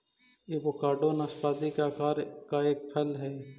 avocado नाशपाती के आकार का एक फल हई